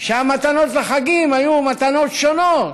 ושהמתנות לחגים היו מתנות שונות.